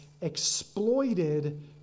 exploited